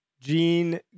Gene